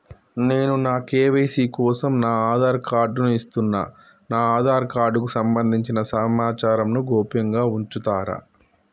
నేను నా కే.వై.సీ కోసం నా ఆధార్ కార్డు ను ఇస్తున్నా నా ఆధార్ కార్డుకు సంబంధించిన సమాచారంను గోప్యంగా ఉంచుతరా?